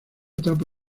tapa